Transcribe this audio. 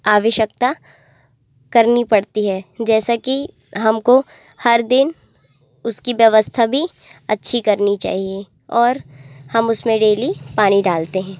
आवश्यकता करनी पड़ती है जैसा कि हमको हर दिन उसकी व्यवस्था भी अच्छी करनी चाहिए और हम उसमें डेली पानी डालते हैं